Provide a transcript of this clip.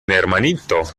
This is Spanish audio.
hermanito